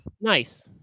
Nice